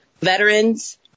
veterans